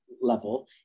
level